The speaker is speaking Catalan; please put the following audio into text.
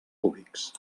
cúbics